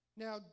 Now